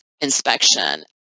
inspection